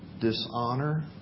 dishonor